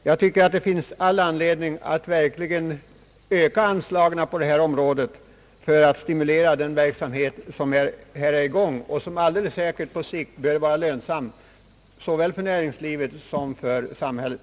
Jag tycker att detta anslag verkligen bör höjas för att stimulera den verksamhet, som här är i gång och som alldeles säkert på sikt bör vara till fördel för såväl näringslivet som samhället.